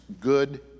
good